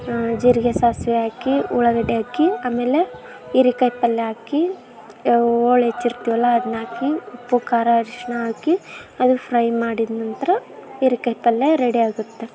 ಜೀರಿಗೆ ಸಾಸಿವೆ ಹಾಕಿ ಉಳ್ಳಾಗಡ್ಡೆ ಹಾಕಿ ಆಮೇಲೆ ಹೀರಿಕಾಯ್ ಪಲ್ಯ ಹಾಕಿ ಹೋಳ್ ಹೆಚ್ಚಿರ್ತೀವಲ ಅದನ್ನಾಕಿ ಉಪ್ಪು ಖಾರ ಅರಿಶ್ಣ ಹಾಕಿ ಅದು ಫ್ರೈ ಮಾಡಿದ ನಂತರ ಹೀರೆಕಾಯ್ ಪಲ್ಯ ರೆಡಿಯಾಗುತ್ತೆ